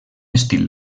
estil